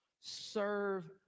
serve